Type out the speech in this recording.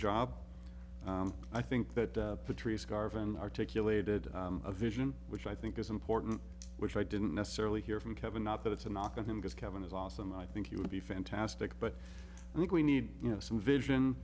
job i think that patrice garvan articulated a vision which i think is important which i didn't necessarily hear from kevin not that it's a knock on him because kevin is awesome i think he would be fantastic but i think we need you know some vision